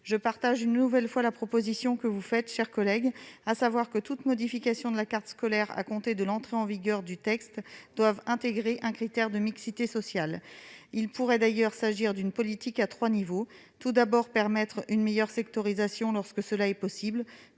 j'approuve une nouvelle fois la proposition que vous faites, à savoir que toute modification de la carte scolaire, à compter de l'entrée en vigueur du texte, doit intégrer un critère de mixité sociale. Il pourrait, d'ailleurs, s'agir d'une politique à trois niveaux. Tout d'abord, permettre une meilleure sectorisation lorsque cela est possible